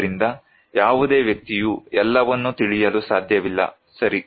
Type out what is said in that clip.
ಆದ್ದರಿಂದ ಯಾವುದೇ ವ್ಯಕ್ತಿಯು ಎಲ್ಲವನ್ನೂ ತಿಳಿಯಲು ಸಾಧ್ಯವಿಲ್ಲ ಸರಿ